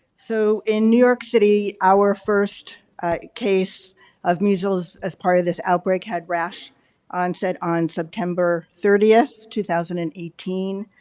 so, in new york city our first case of measles as part of this outbreak had rash onset on september thirtieth, two thousand and eighteen.